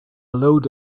load